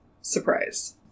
surprise